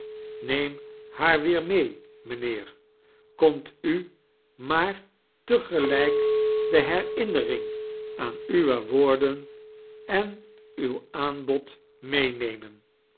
neem haar weer mee mijnheer kondt u maar te gelijk de herinnering aan uwe woorden etn uw aanbod meenemen